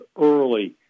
early